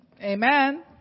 Amen